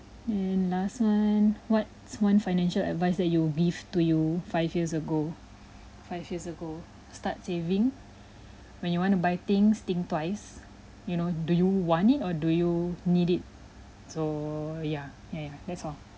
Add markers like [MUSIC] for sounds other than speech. [BREATH] and last one what's one financial advise that you'll leave to you five years ago five years ago start saving when you want to buy things think twice you know do you want it or do you need it so yeah ya yeah that's all